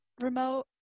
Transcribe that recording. remote